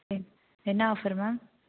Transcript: எ என்ன offer ma'am